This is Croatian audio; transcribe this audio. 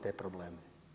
te probleme.